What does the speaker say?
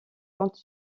compte